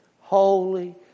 holy